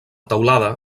teulada